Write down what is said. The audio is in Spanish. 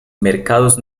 mercados